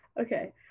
Okay